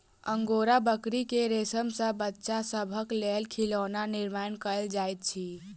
angora बकरी के रेशम सॅ बच्चा सभक लेल खिलौना निर्माण कयल जाइत अछि